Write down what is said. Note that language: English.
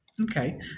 Okay